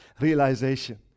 realization